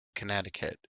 connecticut